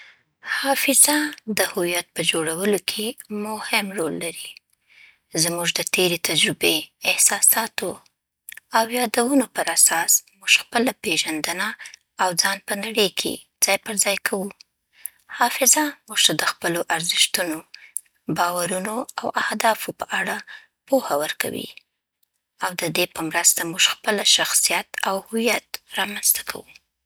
حافظه د هویت په جوړولو کې مهم رول لري. زموږ د تېرې تجربې، احساساتو، او یادونو پراساس، موږ خپله پېژندنه او ځان په نړۍ کې ځای پر ځای کوو. حافظه موږ ته د خپلو ارزښتونو، باورونو او اهدافو په اړه پوهه ورکوي، او د دې په مرسته موږ خپله شخصیت او هویت رامنځته کوو.